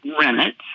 rennet